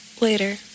later